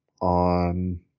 on